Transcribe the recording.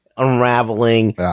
unraveling